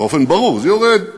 באופן ברור, זה יורד מתון,